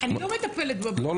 --- אני לא מטפלת בזה --- לא,